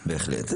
בהחלט,